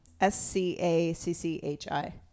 S-C-A-C-C-H-I